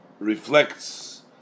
Reflects